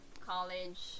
college